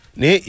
ni